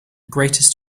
greatest